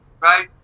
right